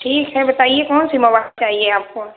ठीक है बताइए कौन सी मोबाइल चाहिए आपको